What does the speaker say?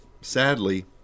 sadly